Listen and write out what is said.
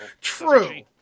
True